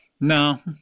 No